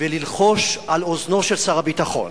וללחוש על אוזנו של שר הביטחון,